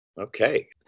Okay